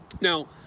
Now